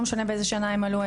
לא משנה באיזה שנה הם עלו,